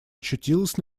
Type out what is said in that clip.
очутилась